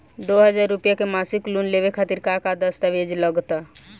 दो हज़ार रुपया के मासिक लोन लेवे खातिर का का दस्तावेजऽ लग त?